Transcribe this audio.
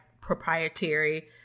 proprietary